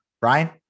Brian